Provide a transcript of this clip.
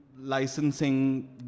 licensing